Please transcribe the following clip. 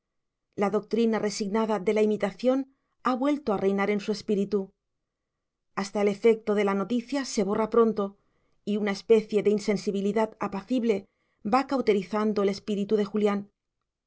la doctrina resignada de la imitación ha vuelto a reinar en su espíritu hasta el efecto de la noticia se borra pronto y una especie de insensibilidad apacible va cauterizando el espíritu de julián